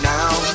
now